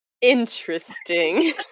Interesting